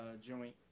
joint